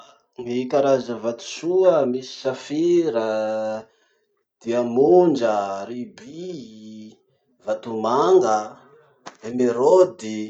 Ah! ny karaza vatosoa: misy safira, diamondra, ruby, vatomanga, emeraude.